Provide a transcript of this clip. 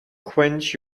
quench